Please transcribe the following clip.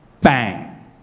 bang